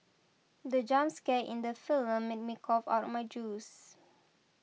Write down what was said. the jump scare in the film made me cough out my juice